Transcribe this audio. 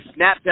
Snapchat